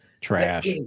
trash